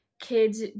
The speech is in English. kids